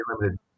limited